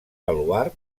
baluard